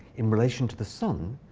in relation to the sun,